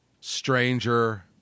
Stranger